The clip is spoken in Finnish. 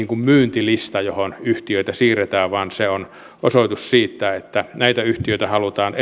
myyntilista johon yhtiöitä siirretään vaan se on osoitus siitä että erityisesti näitä yhtiöitä halutaan